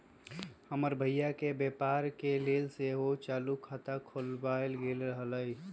हमर भइया के व्यापार के लेल सेहो चालू खता खोलायल गेल रहइ